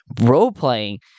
role-playing